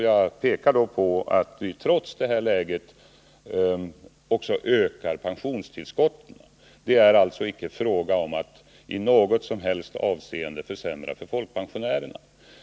Jag pekade på att vi, trots det ekonomiska läget, också ökar pensionstillskottet. Det är alltså icke fråga om att i något som helst avseende försämra för folkpensionärerna.